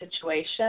situation